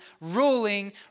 ruling